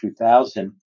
2000